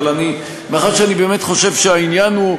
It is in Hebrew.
אבל מאחר שאני חושב שהעניין הוא,